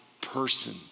person